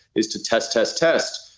is to test, test, test.